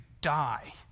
die